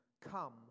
come